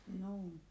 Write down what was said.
no